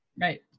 Right